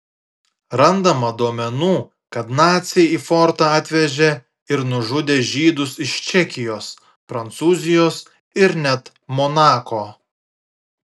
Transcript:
randama duomenų kad naciai į fortą atvežė ir nužudė žydus iš čekijos prancūzijos ir net monako